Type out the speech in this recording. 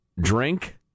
drink